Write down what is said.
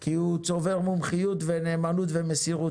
כי הוא צובר מומחיות ונאמנות ומסירות,